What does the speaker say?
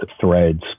Threads